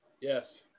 Yes